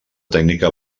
tècnica